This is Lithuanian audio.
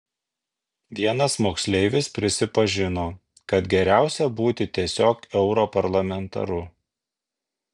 vienas moksleivis prisipažino kad geriausia būti tiesiog europarlamentaru